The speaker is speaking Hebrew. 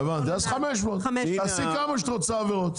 הבנתי, אז 500. תעשי כמה שאת רוצה עבירות.